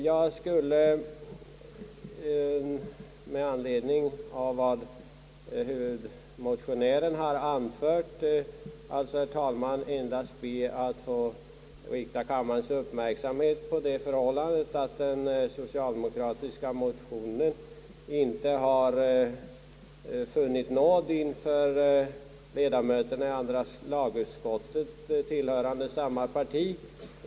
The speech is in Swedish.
Jag skulle med anledning av vad huvudmotionären anfört, herr talman, endast be att få rikta kammarens uppmärksamhet på det förhållandet att de socialdemokratiska motionerna inte har funnit nåd inför de ledamöter av andra lagutskottet som tillhör samma parti.